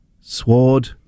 sword